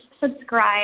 subscribe